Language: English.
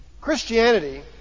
Christianity